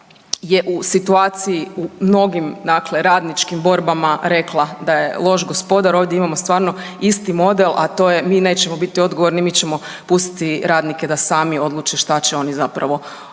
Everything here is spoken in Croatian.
je u situaciji mnogim dakle radničkim borbama rekla da je loš gospodar jer ovdje imamo stvarno isti model a to je mi nećemo biti odgovorni, mi ćemo pustiti radnike da sami odluče šta će oni zapravo odlučiti.